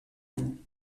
any